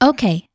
Okay